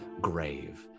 grave